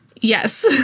Yes